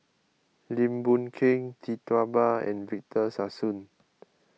Lim Boon Keng Tee Tua Ba and Victor Sassoon